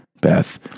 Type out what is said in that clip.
Beth